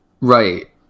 Right